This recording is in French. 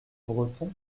bretons